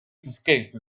escape